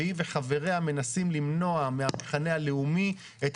והיא מחבריה מנסים למנוע מהמחנה הלאומי את